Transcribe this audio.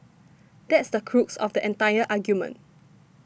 that's the crux of the entire argument